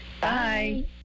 Bye